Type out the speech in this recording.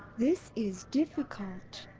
this is difficult.